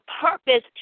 purpose